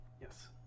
Yes